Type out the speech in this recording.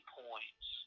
points